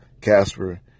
casper